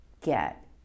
get